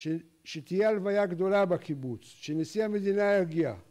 ש... שתהיה לוויה גדולה בקיבוץ. שנשיא המדינה יגיע.